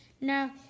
Now